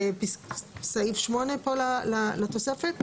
לסעיף 8 פה לתוספת,